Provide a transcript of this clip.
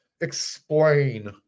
explain